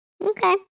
okay